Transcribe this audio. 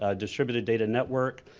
ah distributed data network.